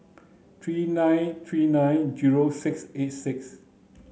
three nine three nine zero six eight six